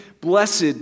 Blessed